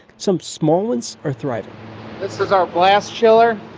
some small ones are thriving this is our blast chiller.